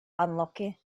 unlucky